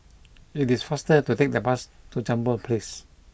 it is faster to take the bus to Jambol Place